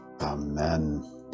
amen